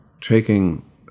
taking